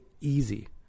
easy